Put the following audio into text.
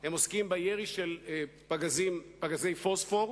הם עוסקים בירי של פגזי פוספור,